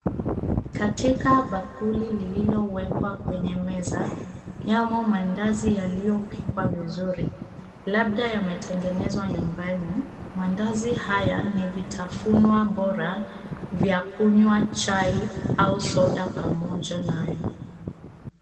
Katika bakuli lililowekwa kwenye meza , yamo mandazi yaliyopikwa vizuri labda yametengenezwa nyumbani. Mandazi haya ni vitafunwa bora vya kunywa chai au soda pamoja nayo.